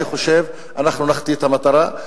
אני חושב שאנחנו נחטיא את המטרה.